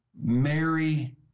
Mary